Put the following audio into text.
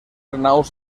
naus